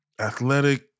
athletic